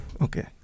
okay